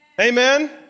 Amen